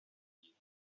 llit